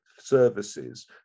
services